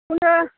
बेखौनोथ'